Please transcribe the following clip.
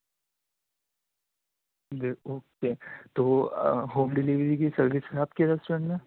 جی okay تو home delivery کی service ہے آپ کے ریسٹورینٹ میں